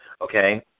okay